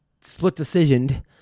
split-decisioned